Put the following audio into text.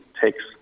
takes